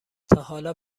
تاحالا